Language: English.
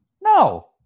No